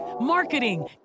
marketing